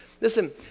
listen